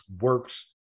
works